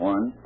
One